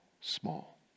small